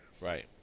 right